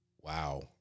wow